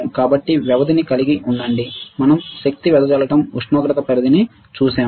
కాబట్టి వ్యవధిని కలిగి ఉండండి మేము శక్తి వెదజల్లడం ఉష్ణోగ్రత పరిధిని చూశాము